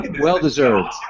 Well-deserved